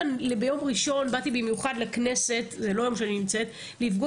ביום ראשון באתי במיוחד לכנסת לפגוש